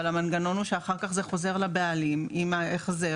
אבל המנגנון הוא שאחר זה חוזר לבעלים עם ההחזר,